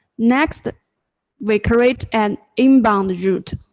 next we create an inbound route,